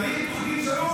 צריך תוכנית שלום.